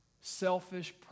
selfish